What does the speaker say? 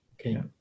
Okay